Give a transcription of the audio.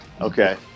Okay